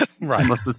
Right